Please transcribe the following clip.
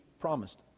promised